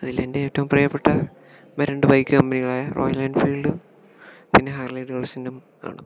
അതിലെൻ്റെ ഏറ്റും പ്രിയപ്പെട്ട രണ്ടു ബൈക്ക് കമ്പനികളായ റോയൽ എൻഫീൽഡും പിന്നെ ഹാർളി ഡേവിഡ്സനും ആണ്